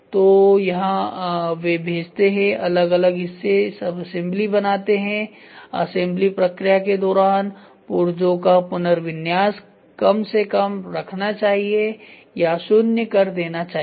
तो यहाँ वे भेजते हैं अलग अलग हिस्से सबअसेम्बली बनाते है असेंबली प्रक्रिया के दौरान पुर्जों क पुनर्विन्यास कम से कम रखना चाहिए या शुन्य कर देना चाहिए